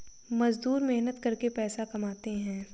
मजदूर मेहनत करके पैसा कमाते है